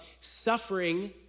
suffering